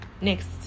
Next